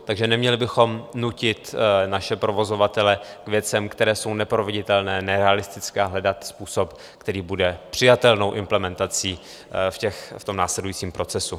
Takže neměli bychom nutit naše provozovatele k věcem, které jsou neproveditelné, nerealistické, a hledat způsob, který bude přijatelnou implementací v následujícím procesu.